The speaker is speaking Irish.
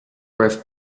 raibh